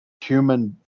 human